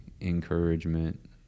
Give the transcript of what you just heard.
encouragement